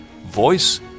voice